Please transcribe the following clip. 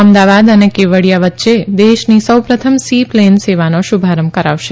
અમદાવાદ અને કેવડીયા વચ્ચે દેશની સૌ પ્રથમ સી પ્લેન સેવાનો શુભારંભ કરાવશે